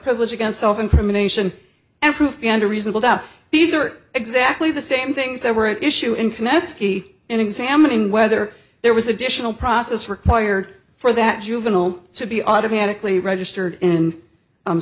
privilege against self incrimination and prove beyond a reasonable doubt these are exactly the same things that were at issue in connect ski and examining whether there was additional process required for that juvenile to be automatically registered and